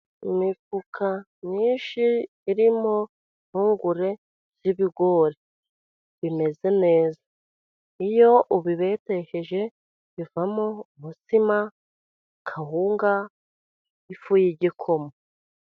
Imifuka myinshi irimo impungure z'ibigori bimeze neza, iyo ubibetesheje bivamo umutsima, kawunga, n'ifu y'igikoma.